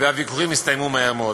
והוויכוחים יסתיימו מהר מאוד.